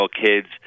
kids